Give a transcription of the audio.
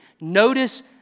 Notice